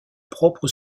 propre